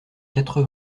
quatre